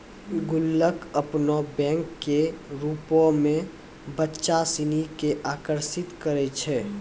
गुल्लक अपनो बैंको के रुपो मे बच्चा सिनी के आकर्षित करै छै